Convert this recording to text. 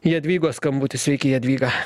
jadvygos skambutį sveiki jadvyga